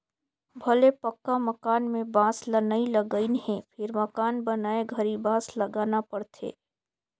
भले पक्का मकान में बांस ल नई लगईंन हे फिर मकान बनाए घरी बांस लगाना पड़थे